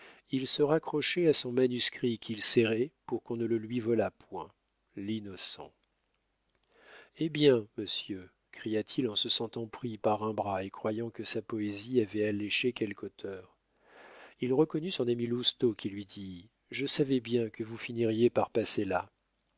il se raccrochait à son manuscrit qu'il serrait pour qu'on ne le lui volât point l'innocent hé bien monsieur cria-t-il en se sentant pris par un bras et croyant que sa poésie avait alléché quelque auteur il reconnut son ami lousteau qui lui dit je savais bien que vous finiriez par passer là